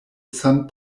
san